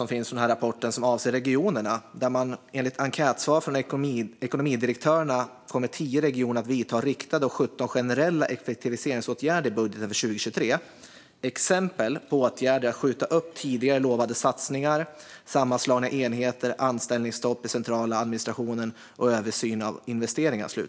Jag kan också läsa ett citat om regionerna från rapporten: "Enligt enkätsvar från ekonomidirektörerna kommer 10 regioner att vidta riktade och 17 generella effektiviseringsåtgärder i budgeten för 2023. Exempel på åtgärder är att skjuta upp tidigare utlovade satsningar, sammanslagning av enheter, anställningsstopp i den centrala administrationen och översyn av investeringar."